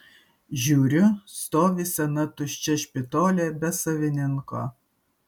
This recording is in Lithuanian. žiūriu stovi sena tuščia špitolė be savininko